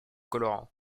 colorant